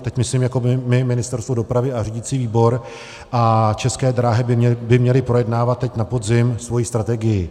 Teď myslím jako my, Ministerstvo dopravy a řídící výbor, a České dráhy by měly projednávat teď na podzim svoji strategii.